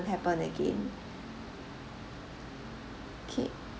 happen again okay